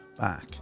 back